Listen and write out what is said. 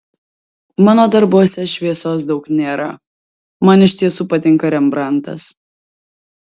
mano darbuose šviesos daug nėra man iš tiesų patinka rembrandtas